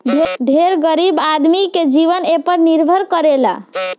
ढेर गरीब आदमी के जीवन एपर निर्भर करेला